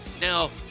Now